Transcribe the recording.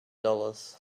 dollars